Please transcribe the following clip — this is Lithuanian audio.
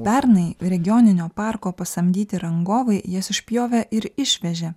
pernai regioninio parko pasamdyti rangovai jas išpjovė ir išvežė